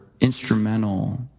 instrumental